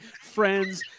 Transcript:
friends